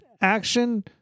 action